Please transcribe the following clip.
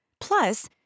Plus